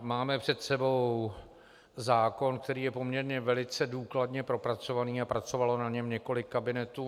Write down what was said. Máme před sebou zákon, který je poměrně velice důkladně propracovaný, pracovalo na něm několik kabinetů.